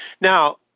Now